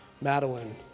Madeline